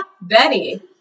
Betty